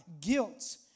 guilt